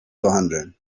behandeln